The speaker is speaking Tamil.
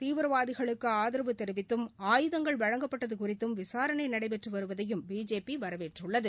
தீவிரவாதிகளுக்கு ஆதரவு தெரிவித்தும் ஆயுதங்கள் வழங்கப்பட்டது குறித்தும் விசாரணை நடைபெற்றுவருவதையும் பிஜேபி வரவேற்றுள்ளது